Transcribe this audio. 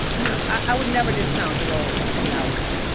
you know, i would never discount the role of technology.